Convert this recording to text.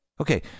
Okay